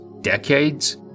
decades